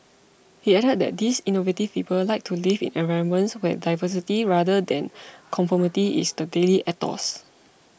he added that these innovative people like to live in environments where diversity rather than conformity is the daily ethos